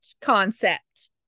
concept